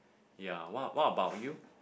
ya what what about you